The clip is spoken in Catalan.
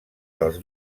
dels